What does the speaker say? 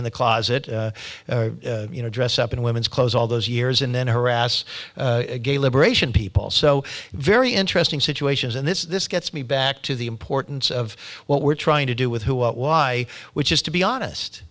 in the closet you know dress up in women's clothes all those years and then harass gay liberation people so very interesting situations and this gets me back to the importance of what we're trying to do with who what why which is to be honest